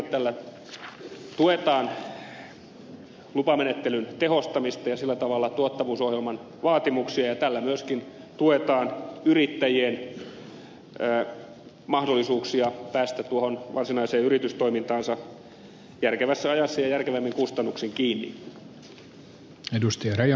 tällä tuetaan lupamenettelyn tehostamista ja sillä tavalla tuottavuusohjelman vaatimuksia ja tällä myöskin tuetaan yrittäjien mahdollisuuksia päästä tuohon varsinaiseen yritystoimintaansa järkevässä ajassa ja järkevämmin kustannuksin kiinni